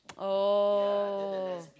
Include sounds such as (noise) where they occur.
(noise) oh